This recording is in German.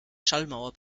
schallmauer